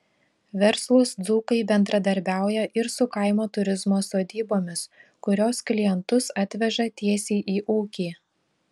verslūs dzūkai bendradarbiauja ir su kaimo turizmo sodybomis kurios klientus atveža tiesiai į ūkį